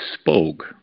spoke